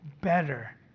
better